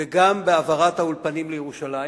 וגם בהעברת האולפנים לירושלים.